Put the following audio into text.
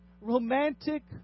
Romantic